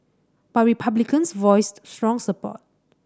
but Republicans voiced strong support